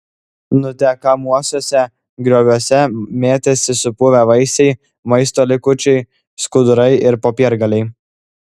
nutekamuosiuose grioviuose mėtėsi supuvę vaisiai maisto likučiai skudurai ir popiergaliai